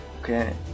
Okay